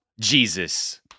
Jesus